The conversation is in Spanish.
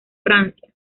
francia